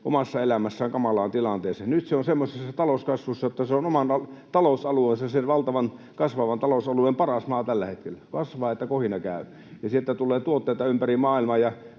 omassa elämässään kamalaan tilanteeseen. Nyt se on semmoisessa talouskasvussa, että se on oman talousalueensa, sen valtavan kasvavan talousalueen, paras maa tällä hetkellä. Kasvaa niin, että kohina käy, ja sieltä tulee tuotteita ympäri maailmaa.